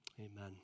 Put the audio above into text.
Amen